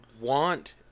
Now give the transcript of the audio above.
want